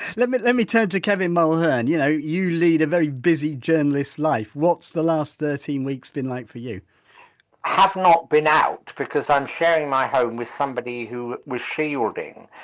let me, let me turn to kevin mulhern, you know you lead a very busy journalist life. what's the last thirteen weeks been like for you? i have not been out because i'm sharing my home with somebody who was shielding.